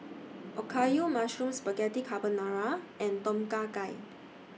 Okayu Mushroom Spaghetti Carbonara and Tom Kha Gai